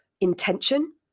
intention